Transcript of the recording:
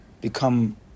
become